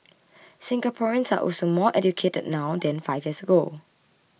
Singaporeans are also more educated now than five years ago